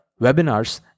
webinars